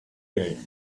game